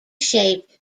shaped